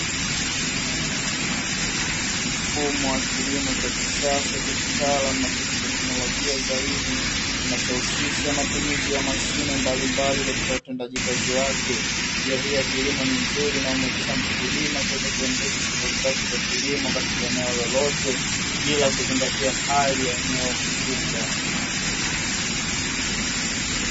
Mfumo wa kilimo cha kisasa cha kitaalam na cha kiteknolojia zaidi kinachohusisha matumizi ya mashine mbalimbali katika utendaji kazi wake. njia hii ya kilimo ni nzuri inayomwezesha mkulima kuweza kuendesha shughuli zake za kilimo katika eneo lolote bila kuzingatia hali ya eneo husika.